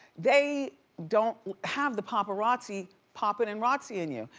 they don't have the paparazzi popping and razziing you.